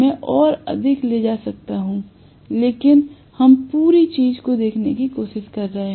मैं और अधिक ले सकता था लेकिन हम पूरी चीज को देखने की कोशिश कर रहे हैं